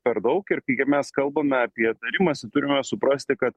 per daug ir kai mes kalbame apie tarimąsi turime suprasti kad